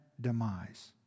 demise